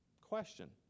Question